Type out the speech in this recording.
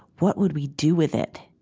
what would we do with it?